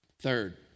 Third